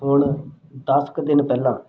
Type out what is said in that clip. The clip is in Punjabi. ਹੁਣ ਦਸ ਕੁ ਦਿਨ ਪਹਿਲਾਂ